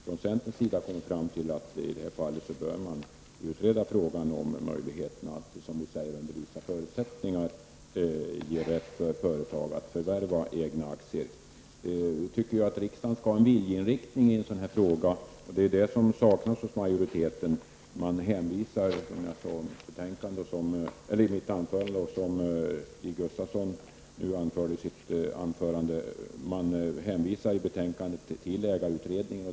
Från centerns sida har vi kommit fram till att man i det här fallet bör utreda frågan om möjligheterna att, som vi säger, under vissa förutsättningar ge rätt för företag att förvärva egna aktier. Vi tycker att riksdagen skall ha en viljeinriktning i en sådan här fråga. Det saknas hos majoriteten. Som jag sade i mitt anförande och som Stig Gustafsson också sade i sitt anförande hänvisar man i betänkandet till ägarutredningen.